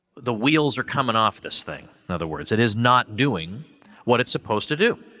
the wheels are coming off this thing, in other words. it is not doing what it's supposed to do.